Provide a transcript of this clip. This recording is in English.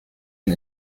and